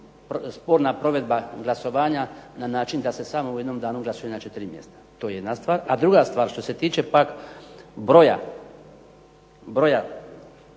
sporna provedba glasovanja na način da se samo u jednom danu glasuje na četiri mjesta. To je jedna stvar. A druga stvar, što se tiče pak broja